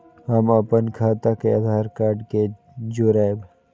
हम अपन खाता के आधार कार्ड के जोरैब?